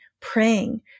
Praying